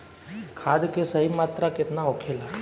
खाद्य के सही मात्रा केतना होखेला?